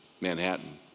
Manhattan